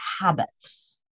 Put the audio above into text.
habits